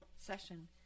session